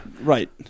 Right